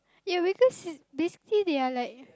ya because it's basically they are like